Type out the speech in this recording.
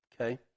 okay